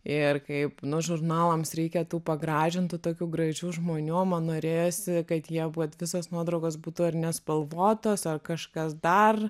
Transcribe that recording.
ir kaip nu žurnalams reikia tų pagražintų tokių gražių žmonių o man norėjosi kad jie būt visos nuotraukos būtų ar nespalvotos ar kažkas dar